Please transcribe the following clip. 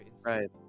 right